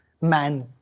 man